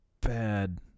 bad